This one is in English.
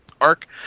arc